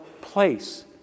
place